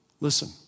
Listen